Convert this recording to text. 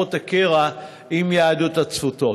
ממקורות הקרע עם יהדות התפוצות?